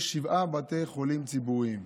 יש שבעה בתי חולים ציבוריים.